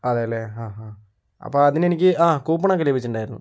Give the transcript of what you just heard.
അതേ അല്ലെ ആ ആ അപ്പം അതിനെനിക്ക് ആ കൂപ്പണൊക്കെ ലഭിച്ചിട്ടുണ്ടായിരുന്നു